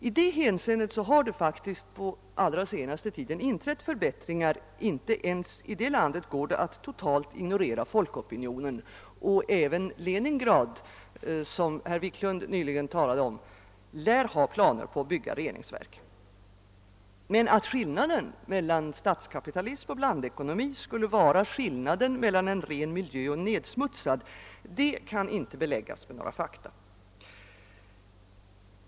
I det hänseendet har det faktiskt inträtt förbättringar på senare tid. Inte ens i Sovjetunionen går det att totalt ignorera folkopinionen, utan man lär även i Leningrad nu ha planer på att bygga reningsverk. Men att skillnaden mellan statskapitalism och blandekonomi skulle vara skillnaden mellan en ren miljö och en nedsmutsad kan inte beläggas med några som helst fakta.